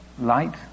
light